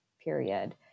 period